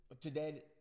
today